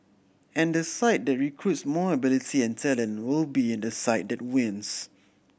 and the side that recruits more ability and talent will be the side that wins